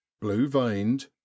blue-veined